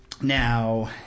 Now